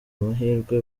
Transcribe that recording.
amahirwe